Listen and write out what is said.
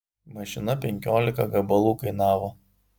mašina penkiolika gabalų kainavo